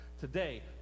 today